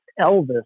Elvis